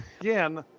again